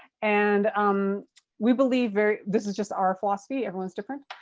and um we believe very, this is just our philosophy. everyone's different.